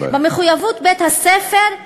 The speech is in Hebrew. במחויבות בית-הספר,